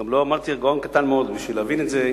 גם לא אמרתי, גאון קטן מאוד בשביל להבין את זה.